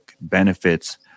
benefits